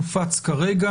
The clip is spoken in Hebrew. כרגע.